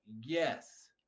yes